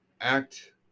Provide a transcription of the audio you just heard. act